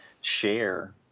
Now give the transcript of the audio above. share